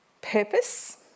purpose